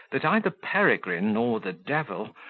that either peregrine, or the devil,